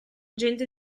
gente